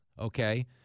Okay